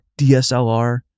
DSLR